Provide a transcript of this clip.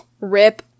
rip